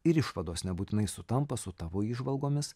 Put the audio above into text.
ir išvados nebūtinai sutampa su tavo įžvalgomis